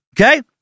Okay